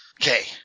Okay